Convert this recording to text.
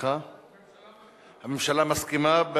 הממשלה מסכימה.